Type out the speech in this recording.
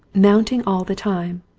mounting all the time,